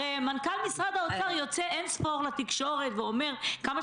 הרי מנכ"ל משרד האוצר יוצא אין-סוף לתקשורת ואומר כמה